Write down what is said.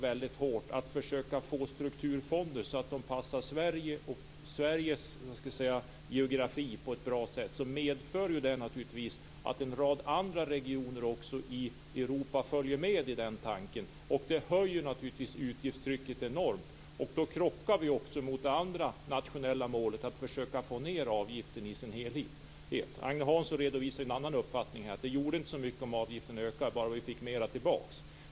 Att försöka få strukturfonder som passar Sverige och Sveriges geografi medför att en rad andra regioner i Europa följer med i tanken. Det höjer utgiftstrycket enormt. Då krockar vi mot det andra nationella målet, dvs. att försöka få ned avgiften i sin helhet. Agne Hansson redovisade en annan uppfattning, nämligen att det gjorde inte så mycket om avgiften ökar bara vi får mer tillbaka.